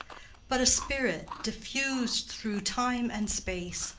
but a spirit diffused through time and space,